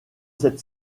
cette